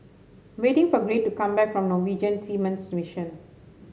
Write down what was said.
I'm waiting for Gray to come back from Norwegian Seamen's Mission